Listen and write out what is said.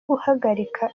guhagarika